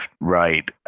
right